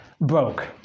broke